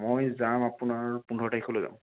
মই যাম আপোনাৰ পোন্ধৰ তাৰিখলৈ যাম